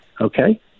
Okay